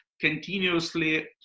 continuously